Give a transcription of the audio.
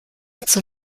zur